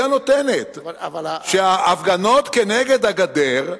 היא הנותנת, שההפגנות נגד הגדר,